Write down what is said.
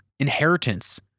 Inheritance